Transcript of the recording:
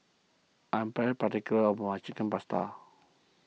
I'm very particular about my Chicken Pasta